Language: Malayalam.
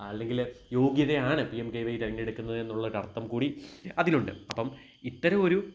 അല്ലെങ്കില് യോഗ്യതയാണ് പി എം കെ വൈ തെരഞ്ഞെടുക്കുന്നത് എന്നുള്ളൊരർത്ഥംകൂടി അതിലുണ്ട് അപ്പോള് ഇത്തരം ഒരു